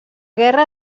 guerra